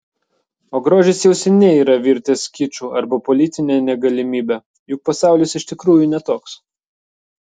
o grožis jau seniai yra virtęs kiču arba politine negalimybe juk pasaulis iš tikrųjų ne toks